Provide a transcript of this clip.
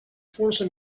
forcing